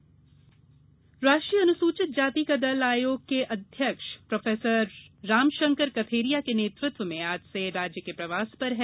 अजा आयोग राष्ट्रीय अनुसूचित जाति का दल आयोग के अध्यक्ष प्रोफेसर रामशंकर कथेरिया के नेतृत्व मे आज से राज्य के प्रवास पर है